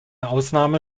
ausnahme